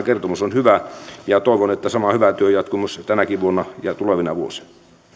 kertomus on hyvä ja toivon että sama hyvä työ jatkuu tänäkin vuonna ja tulevina vuosina